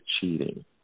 cheating